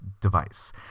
device